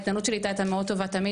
ההתנהלות שלי איתה הייתה מאוד טובה תמיד